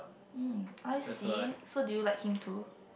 um I see so do you like him too